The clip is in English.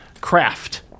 craft